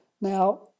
Now